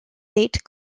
date